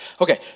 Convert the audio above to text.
Okay